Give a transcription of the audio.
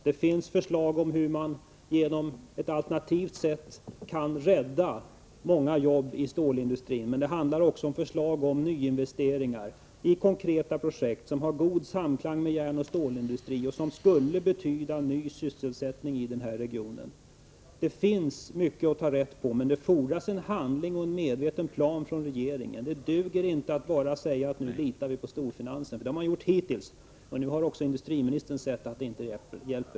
Det finns förslag om hur man på ett alternativt sätt kan rädda många jobb i stålindustrin. Men det handlar också om förslag till nyinvesteringar i konkreta projekt som har god samklang med järnoch stålindustrin och som skulle betyda ny sysselsättning i den här regionen. Det finns mycket att ta vara på, men det fordras handling och en medveten plan från regeringen. Det duger inte att bara säga att nu litar vi på storfinansen. Det har man gjort hittills, och nu har även industriministern sett att det inte hjälper.